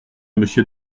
monsieur